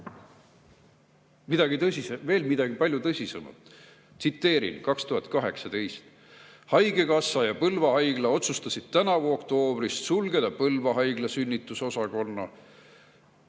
midagi veel palju tõsisemat. Tsiteerin, 2018: "Haigekassa ja Põlva Haigla otsustasid tänavu oktoobrist sulgeda Põlva Haigla sünnitusosakonna,